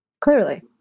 clearly